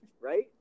Right